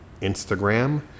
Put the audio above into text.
Instagram